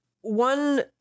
one